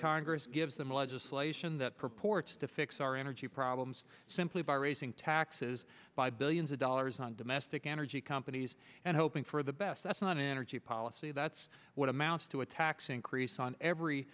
congress gives them a legislation that purports to fix our energy problems simply by raising taxes by billions of dollars on domestic energy companies and hoping for the best that's not energy policy that's what amounts to a tax increase on every